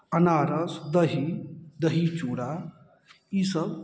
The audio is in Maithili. अनारस दही दही चूड़ा ई सब